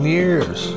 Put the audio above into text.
years